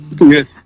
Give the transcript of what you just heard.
yes